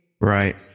Right